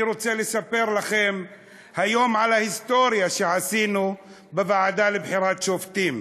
אני רוצה לספר לכם היום על ההיסטוריה שעשינו בוועדה לבחירת שופטים.